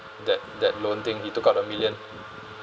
that that loan thing he took out a million